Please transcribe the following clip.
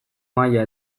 maila